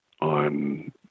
on